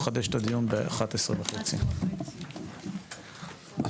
הישיבה ננעלה בשעה 11:20.